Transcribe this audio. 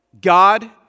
God